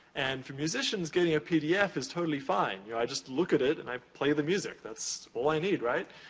and for musicians, getting a pdf is totally fine. you know i just look at it and i play the music. that's all i need, right?